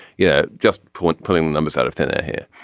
yeah just point pulling numbers out of thin air here.